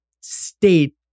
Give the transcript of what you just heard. state